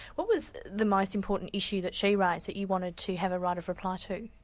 what was the most important issue that she raised that you wanted to have a right of reply to?